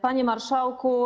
Panie Marszałku!